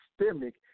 systemic